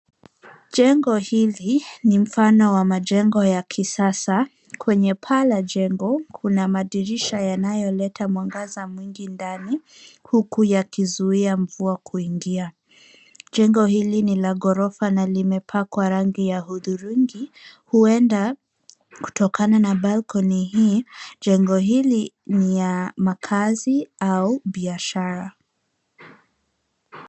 Jengo hili ni mfano wa majengo ya kisasa. Kwenye paa la jengo, kuna madirisha yanayoleta mwangaza mwingi ndani, huku yakizuia mvua kuingia. Jengo hili ni la ghorofa na limepakwa rangi ya hudhurungi. Huenda kutokana na balcony hii, jengo hili ni ya makazi au biashara.